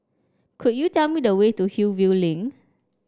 could you tell me the way to Hillview Link